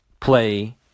play